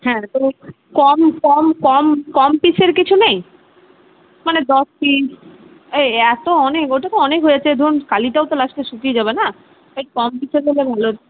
হ্যাঁ তো কম কম কম পিসের কিছু নেই মানে দশ পিস এই এত অনেক ওটাতো অনেক হয়ে যাচ্ছে ধরুন কালিটাও তো লাস্টে শুকিয়ে যাবে না তাই কম পিসের হলে ভালো হত